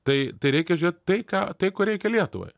tai tai reikia žiūrėt tai ką tai ko reikia lietuvai